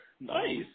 Nice